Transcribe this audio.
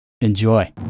enjoy